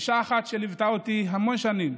אישה אחת שליוותה אותי המון שנים,